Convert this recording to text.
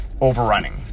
overrunning